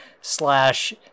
slash